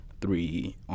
three